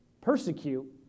persecute